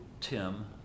Tim